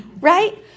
Right